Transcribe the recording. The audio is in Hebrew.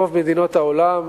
רוב מדינות העולם,